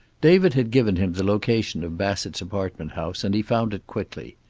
david had given him the location of bassett's apartment house, and he found it quickly.